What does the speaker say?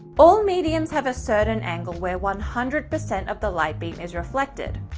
all mediums have a certain angle where one hundred percent of the light beam is reflected.